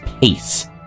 peace